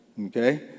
Okay